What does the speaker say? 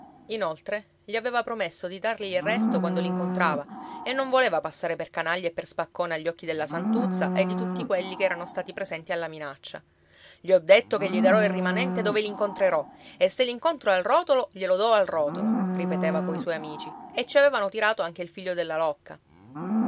inoltre gli aveva promesso di dargli il resto quando l'incontrava e non voleva passare per canaglia e per spaccone agli occhi della santuzza e di tutti quelli che erano stati presenti alla minaccia gli ho detto che gli darò il rimanente dove l'incontrerò e se l'incontro al rotolo glielo dò al rotolo ripeteva coi suoi amici e ci avevano tirato anche il figlio della locca